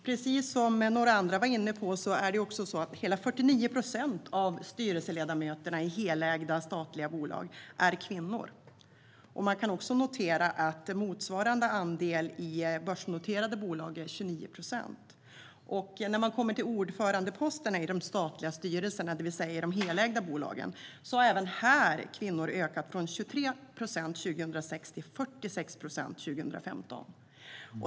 Precis som andra har varit inne på är hela 49 procent av styrelseledamöterna i statligt helägda bolag kvinnor. Man kan notera att motsvarande andel i börsnoterade bolag är 29 procent. När man kommer till ordförandeposterna i de statliga styrelserna, det vill säga i de helägda bolagen, har kvinnorna ökat även här, från 23 procent 2006 till 46 procent 2015.